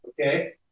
Okay